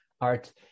art